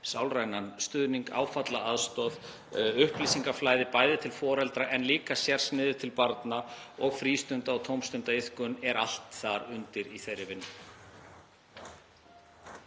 sálrænn stuðningur, áfallaaðstoð og upplýsingaflæði, bæði til foreldra en líka sérsniðið til barna, og frístunda- og tómstundaiðkun, eru öll undir í þeirri vinnu.